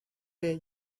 way